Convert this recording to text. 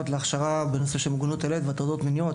להכשרה בנושא של מוגנות הילד והטרדות מיניות.